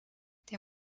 der